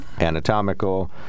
anatomical